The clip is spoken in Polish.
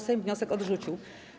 Sejm wniosek odrzucił.